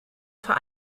vor